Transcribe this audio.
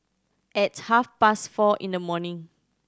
at half past four in the morning